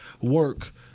work